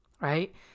right